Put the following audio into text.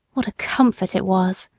what a comfort it was!